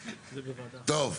טוב.